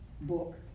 book